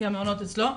כי המעונות אצלו,